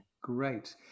Great